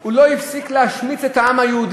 הוא לא הפסיק להשמיץ את העם היהודי